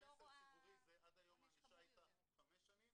איזה מסר ציבורי זה עד היום הענישה היתה חמש שנים